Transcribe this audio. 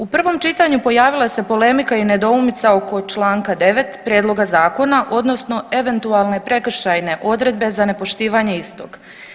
U prvom čitanju pojavila se polemika i nedoumica oko Članka 9. prijedloga zakona odnosno eventualne prekršajne odredbe za nepoštivanje istog.